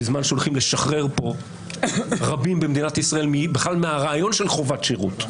בזמן שהולכים לשחרר רבים במדינת ישראל בכלל מהרעיון של חובת שירות.